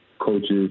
coaches